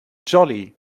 jolly